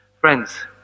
Friends